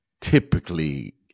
typically